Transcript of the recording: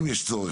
אם יש צורך.